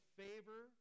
favor